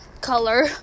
color